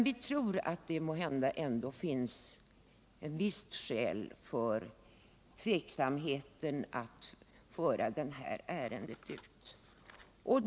Vi tror att det ändå kanske finns visst skäl för tveksamheten att föra ut det här ärendet.